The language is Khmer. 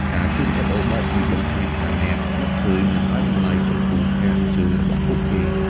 ការជូនកាដូរបែបនេះបង្ហាញថាអ្នកនឹកឃើញ និងឲ្យតម្លៃចំពោះការអញ្ជើញរបស់ពួកគេ។